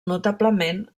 notablement